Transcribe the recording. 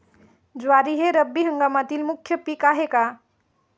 ज्वारी हे रब्बी हंगामातील मुख्य पीक आहे का?